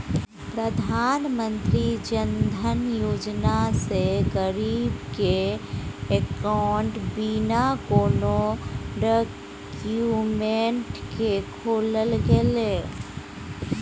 प्रधानमंत्री जनधन योजना सँ गरीब केर अकाउंट बिना कोनो डाक्यूमेंट केँ खोलल गेलै